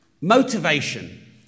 motivation